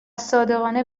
صادقانه